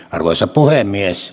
arvoisa puhemies